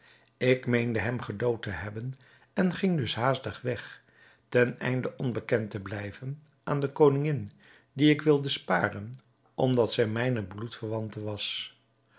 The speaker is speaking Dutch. ik meende hem gedood te hebben en ging dus haastig weg ten einde onbekend te blijven aan de koningin die ik wilde sparen omdat zij mijne bloedverwante was